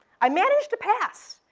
i managed to pass.